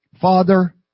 Father